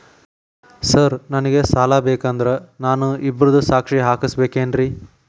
Sir ನನಗೆ ಸಾಲ ಬೇಕಂದ್ರೆ ನಾನು ಇಬ್ಬರದು ಸಾಕ್ಷಿ ಹಾಕಸಬೇಕೇನ್ರಿ?